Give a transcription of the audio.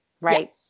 right